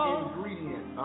ingredient